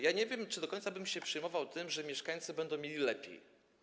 Ja nie wiem, czy do końca bym się przejmował tym, że mieszkańcy będą mieli lepiej.